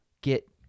get